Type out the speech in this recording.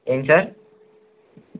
ఏం సార్